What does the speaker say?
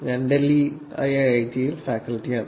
ഞാൻ ഡൽഹി ഐഐഐടിയിൽ ഫാക്കൽറ്റിയാണ്